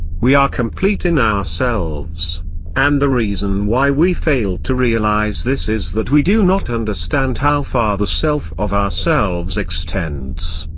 we are complete in ourselves and the reason why we fail to realise this is that we do not understand how far the self of ourselves extends.